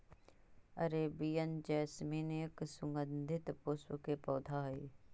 Arabian jasmine एक सुगंधित पुष्प के पौधा हई